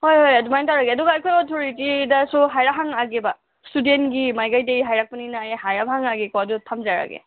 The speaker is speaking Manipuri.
ꯍꯣꯏ ꯍꯣꯏ ꯑꯗꯨꯃꯥꯏꯅ ꯇꯧꯔꯒꯦ ꯑꯗꯨꯒ ꯑꯩꯈꯣꯏ ꯑꯣꯊꯣꯔꯤꯇꯤꯗꯁꯨ ꯍꯥꯏꯔꯞ ꯍꯪꯉꯛꯑꯒꯦꯕ ꯏꯁꯇꯨꯗꯦꯟꯒꯤ ꯃꯥꯏꯀꯩꯗꯒꯤ ꯍꯥꯏꯔꯛꯄꯅꯤꯅ ꯑꯩ ꯍꯥꯏꯔꯞ ꯍꯪꯉꯛꯑꯒꯦꯀꯣ ꯑꯗꯣ ꯊꯝꯖꯔꯒꯦ